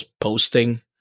posting